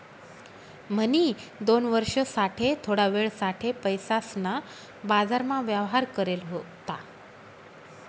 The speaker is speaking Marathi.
म्हणी दोन वर्ष साठे थोडा वेळ साठे पैसासना बाजारमा व्यवहार करेल होता